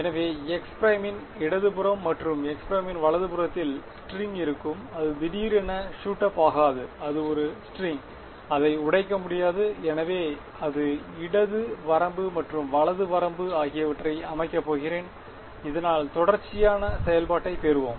எனவேx′ இன் இடதுபுறம் மற்றும் x′ இன் வலதுபுறத்தில் ஸ்ட்ரிங் இருக்கும் அது திடீரென ஷூட் அப் ஆகாது அது ஒரு ஸ்ட்ரிங் அதை உடைக்க முடியாது எனவே இந்த இடது வரம்பு மற்றும் வலது வரம்பு ஆகியவற்றை அமைக்கப் போகிறேன் இதனால் தொடர்ச்சியான செயல்பாட்டைப் பெறுவோம்